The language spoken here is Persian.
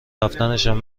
رفتنشم